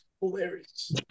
hilarious